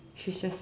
she's just